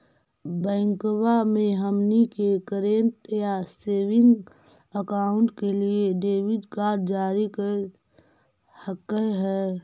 बैंकवा मे हमनी के करेंट या सेविंग अकाउंट के लिए डेबिट कार्ड जारी कर हकै है?